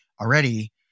already